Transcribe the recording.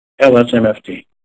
LSMFT